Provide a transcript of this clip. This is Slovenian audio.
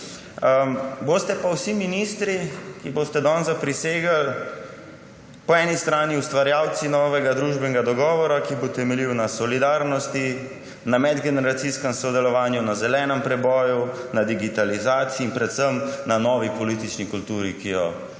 Boste pa vsi ministri, ki boste danes zaprisegli, po eni strani ustvarjalci novega družbenega dogovora, ki bo temeljil na solidarnosti, na medgeneracijskem sodelovanju, na zelenem preboju, na digitalizaciji in predvsem na novi politični kulturi, ki jo uvajamo